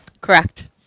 Correct